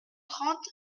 trente